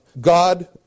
God